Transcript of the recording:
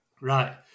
Right